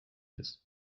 ist